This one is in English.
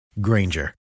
Granger